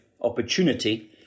opportunity